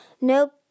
No